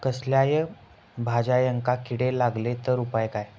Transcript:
कसल्याय भाजायेंका किडे लागले तर उपाय काय?